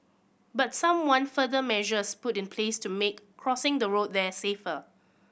but some want further measures put in place to make crossing the road there safer